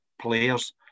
players